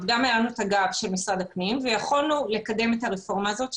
גם היה לנו את הגב של משרד הפנים ויכולנו לקדם את הרפורמה הזאת.